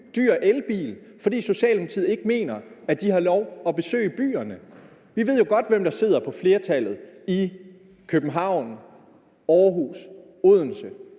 dyr elbil, fordi Socialdemokratiet ikke mener, at de har lov til at besøge byerne. Vi ved jo godt, hvem der sidder på flertallet i København, Aarhus og Odense.